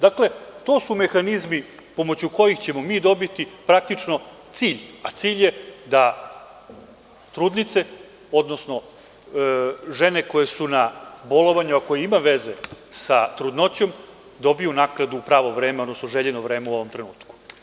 Dakle, to su mehanizmi pomoću kojih ćemo mi dobiti cilj, a cilj je da trudnice, odnosno žene koje su na bolovanju, a koje ima veze sa trudnoćom, dobiju naknadu u pravo vreme, odnosno željeno vreme u ovom trenutku.